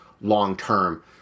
long-term